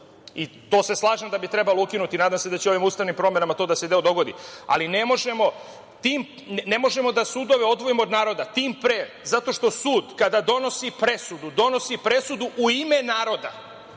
To se slažem da bi trebalo ukinuti. Nadam se da će ovim ustavnim promenama to da se dogodi, ali ne možemo da sudove odvojimo od naroda, tim pre zato što sud kada donosi presudu, donosi presudu u ime naroda,